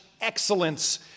excellence